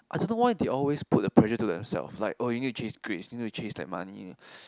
I don't know why they always put the pressure to themselves like oh you need to chase grades you need to chase like money